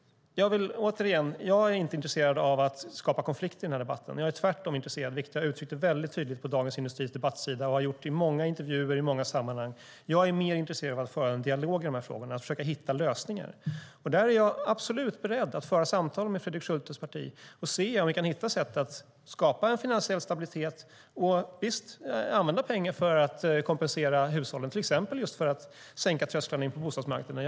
Återigen: Jag är inte intresserad av att skapa konflikt i debatten. Jag är tvärtom, vilket jag har uttryckt tydligt på Dagens Industris debattsida, i många intervjuer och i många sammanhang, intresserad av att föra en dialog i frågorna och försöka hitta lösningar. Jag är absolut beredd att föra samtal med Fredrik Schultes parti och se om vi kan hitta sätt att skapa en finansiell stabilitet och använda pengar för att kompensera hushållen, till exempel för att sänka trösklarna in på bostadsmarknaden.